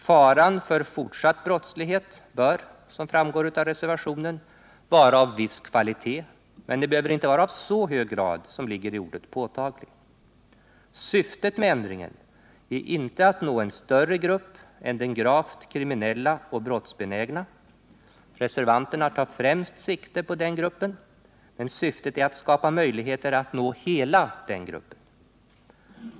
Faran för fortsatt brottslighet bör — som framgår av reservationen 2 — vara av viss kvalitet, men den behöver inte vara av så hög grad som ligger i ordet påtaglig. Syftet med ändringen är inte att nå en större grupp än den gravt kriminella och brottsbenägna — reservanterna tar främst sikte på den gruppen — utan syftet är att skapa möjligheter att nå hela denna grupp.